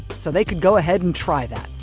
so they could go ahead and try that.